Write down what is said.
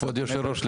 כבוד היושב ראש,